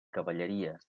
cavalleries